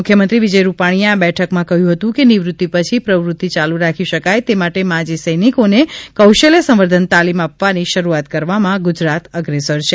મુખ્યમંત્રી વિજય રૂપાણી એ આ બેઠક માં કહ્યું હતું કે નિવૃતિ પછી પ્રવૃતિ યાલુ રાખી શકાય તે માટે માજી સૈનિકો ને કૌશલ્ય સંવર્ધન તાલીમ આપવાની શરૂઆત કરવામાં ગુજરાત અગ્રેસર છે